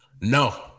no